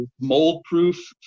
mold-proof